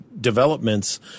developments